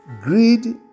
Greed